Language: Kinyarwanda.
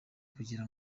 kugira